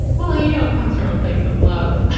well, you know, it comes from a place of love